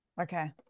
Okay